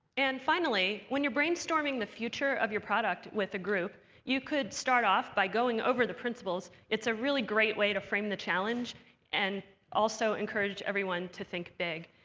and finally, when you're brainstorming the future of your product with a group, you could start off by going over the principles. it's a really great way to frame the challenge and also encourage everyone to think big.